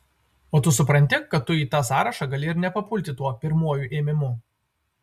o tu supranti kad tu į tą sąrašą gali ir nepapulti tuo pirmuoju ėmimu